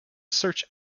search